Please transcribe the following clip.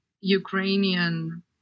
Ukrainian